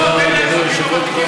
בגלל שיש בחירות,